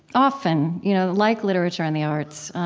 often, you know, like literature and the arts,